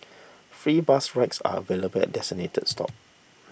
free bus rides are available at designated stop